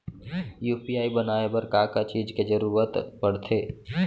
UPI बनाए बर का का चीज के जरवत पड़थे?